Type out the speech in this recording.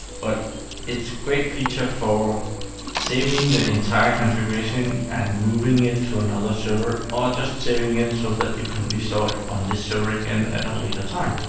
but it's a great feature for saving the entire configuration and moving it to another server or just saying it so that you can resort on this server again at a later time.